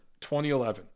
2011